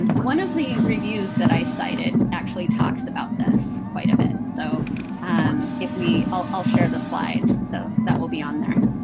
and one of the reviews that i cited actually talks about this quite a bit. so um if we i'll share the slides, so that will be on there.